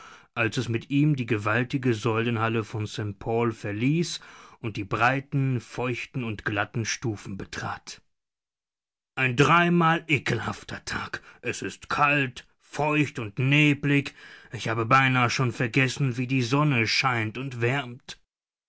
als es mit ihm die gewaltige säulenhalle von st paul verließ und die breiten feuchten und glatten stufen betrat ein dreimal ekelhafter tag es ist kalt feucht und neblig ich habe beinah schon vergessen wie die sonne scheint und wärmt